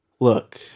look